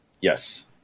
Yes